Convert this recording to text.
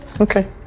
Okay